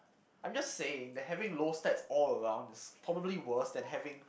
I'm just saying that having low stats all around is probably worse than having